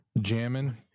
jamming